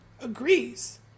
agrees